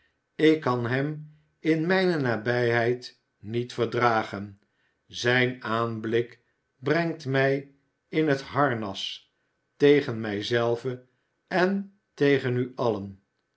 ik kan hem in mijne nabijheid niet verdragen zijn aanblik brengt mij in het harnas tegen mij zelve en tegen u allen